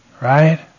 right